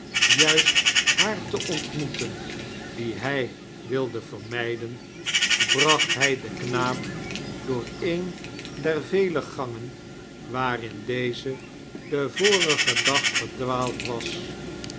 juist haar te ontmoeteii die hij wilde vermijden bracht hij den knaap door een der vele gangen waarin deze den vorigen dag verdwaald was